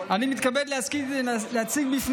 אני מתכבד להציג בפניכם,